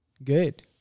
Good